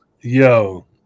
Yo